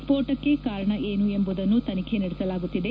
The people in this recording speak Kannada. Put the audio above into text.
ಸ್ಫೋಟಕ್ಕೆ ಕಾರಣ ಏನು ಎಂಬುದನ್ನು ತನಿಖೆ ನಡೆಸಲಾಗುತ್ತಿದೆ